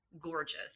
gorgeous